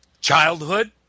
childhood